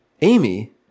Amy